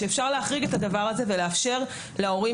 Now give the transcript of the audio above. שאפשר להחריג את הדבר הזה ולאפשר להורים